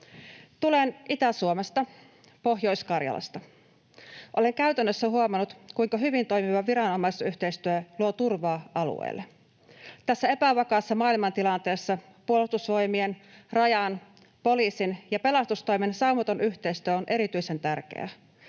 Tulen Itä-Suomesta, Pohjois-Karjalasta. Olen käytännössä huomannut, kuinka hyvin toimiva viranomaisyhteistyö luo turvaa alueelle. Tässä epävakaassa maailmantilanteessa Puolustusvoimien, Rajan, poliisin ja pelastustoimen saumaton yhteistyö on erityisen tärkeää.